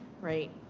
right?